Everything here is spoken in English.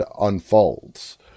unfolds